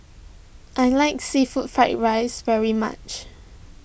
I like Seafood Fried Rice very much